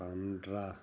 Sandra